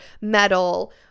metal